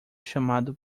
chamado